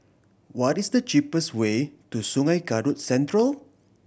what is the cheapest way to Sungei Kadut Central